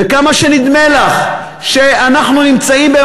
וכמה שנדמה לך שאנחנו נמצאים,